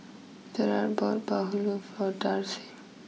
Jarret bought Bahulu for Darcie